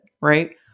right